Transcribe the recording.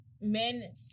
men